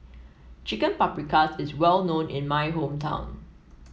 Chicken Paprikas is well known in my hometown